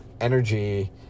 energy